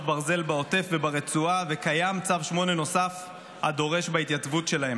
ברזל בעוטף וברצועה וקיים צו 8 נוסף הדורש בהתייצבות שלהם.